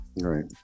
Right